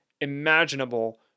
imaginable